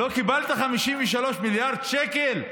לא קיבלת 53 מיליארד שקל?